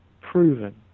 proven